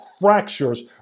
fractures